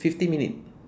fifty minutes